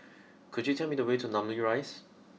could you tell me the way to Namly Rise